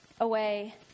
away